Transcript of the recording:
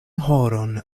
horon